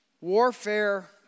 Warfare